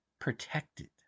protected